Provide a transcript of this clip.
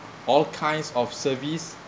all kinds of service